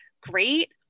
great